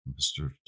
Mr